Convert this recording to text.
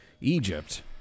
Egypt